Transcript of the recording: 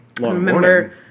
remember